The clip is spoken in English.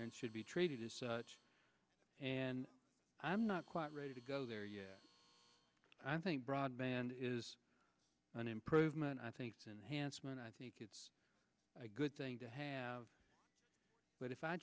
and should be treated as such and i'm not quite ready to go there i think broadband is an improvement i think it's enhanced when i think it's a good thing to have but if i